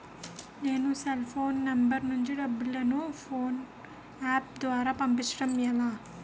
నేను cell phone number నుంచి డబ్బును ను ఫోన్పే అప్ ద్వారా పంపించడం ఎలా?